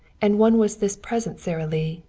and one was this present sara lee,